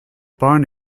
barn